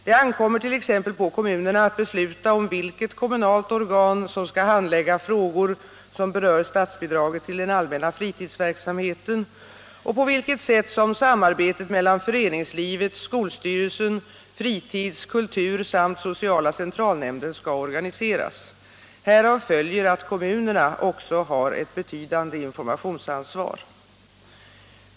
Det ankommer t.ex. på kommunerna att besluta om vilket kommunalt organ som skall handlägga frågor som berör statsbidraget till den allmänna fritidsverksamheten och på vilket sätt som samarbetet mellan föreningslivet, skolstyrelsen, fritids-, kultursamt sociala centralnämnden skall organiseras. Härav följer att kommunerna också har ett betydande informationsansvar.